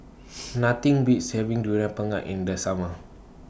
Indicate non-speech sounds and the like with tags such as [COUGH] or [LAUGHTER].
[NOISE] Nothing Beats having Durian Pengat in The Summer